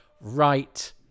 right